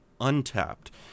untapped